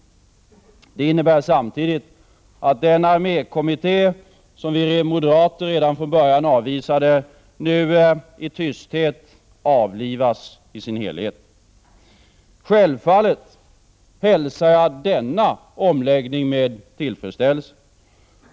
Detta innebär samtidigt att den armékommitté som vi moderater redan från början avvisade nu i tysthet avlivas i sin helhet. Självfallet hälsar jag denna omläggning med tillfredsställelse.